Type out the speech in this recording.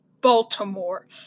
Baltimore